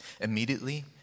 Immediately